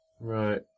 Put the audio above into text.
Right